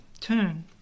turn